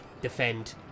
defend